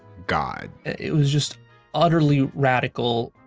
god. it was just utterly radical